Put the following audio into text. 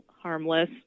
harmless